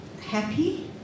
happy